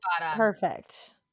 perfect